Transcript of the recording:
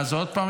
אני